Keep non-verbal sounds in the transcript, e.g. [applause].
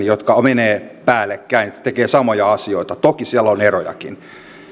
[unintelligible] jotka menevät päällekkäin joissa tehdään samoja asioita vaikka toki siellä on erojakin